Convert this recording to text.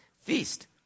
feast